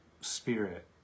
spirit